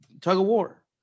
tug-of-war